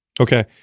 Okay